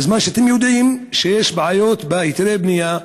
בזמן שאתם יודעים שיש בעיות בהיתרי הבנייה,